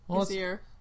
Easier